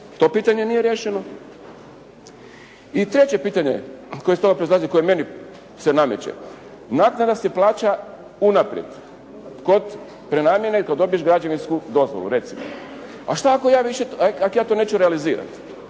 To pitanje nije riješeno. I treće pitanje koje se stavlja pred nas i koje meni se nameće. Naknada se plaća unaprijed, kod prenamjene i ako dobiješ građevinsku dozvolu. Recimo, a šta ako ja više, ako ja to neću realizirati?